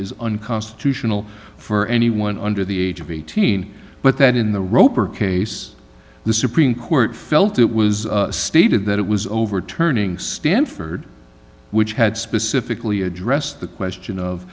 is unconstitutional for anyone under the age of eighteen but that in the roper case the supreme court felt it was stated that it was overturning stanford which had specifically addressed the question